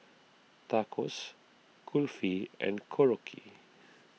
Tacos Kulfi and Korokke